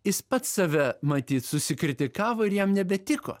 jis pats save matyt susikritikavo ir jam nebetiko